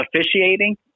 officiating